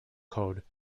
code